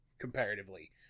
comparatively